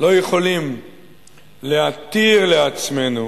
לא יכולים להתיר לעצמנו